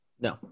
No